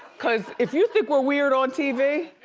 cos if you think we're weird on tv.